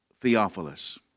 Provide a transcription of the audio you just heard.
Theophilus